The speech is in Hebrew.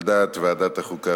על דעת ועדת החוקה,